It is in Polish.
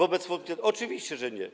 Oczywiście, że nie.